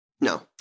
No